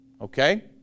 okay